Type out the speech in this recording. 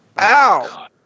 Ow